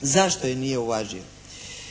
zašto je nije uvažio.